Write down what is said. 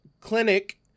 clinic